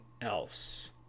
else